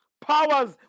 powers